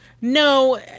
No